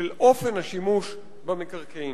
של אופן השימוש במקרקעין.